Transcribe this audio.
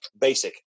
basic